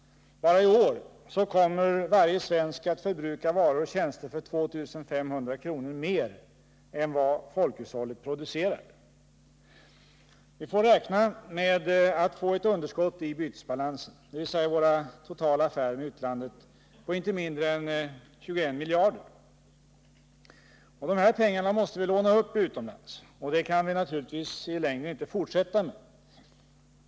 Bara i år kommer varje svensk att förbruka varor och tjänster för 2 500 kr. mer än vad folkhushållet producerar. Vi måste räkna med att få ett underskott i bytesbalansen, dvs. i våra totala affärer med utlandet, på inte mindre än 21 miljarder kronor. De här pengarna måste vi låna upp utomlands, och det kan vi naturligtvis i längden inte fortsätta med.